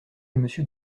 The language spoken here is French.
monsieur